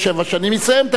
יסיים את עשר השנים,